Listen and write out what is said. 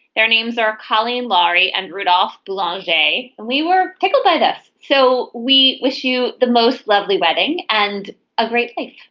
their names are colleen laurie and rudolph. long day we were picked up by this. so we wish you the most lovely wedding and a great day.